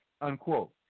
unquote